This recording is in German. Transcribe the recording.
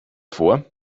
vor